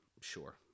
sure